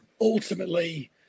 ultimately